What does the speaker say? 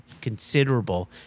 considerable